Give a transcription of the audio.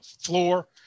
floor